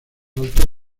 altos